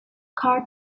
car